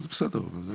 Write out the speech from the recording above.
אבל בסדר.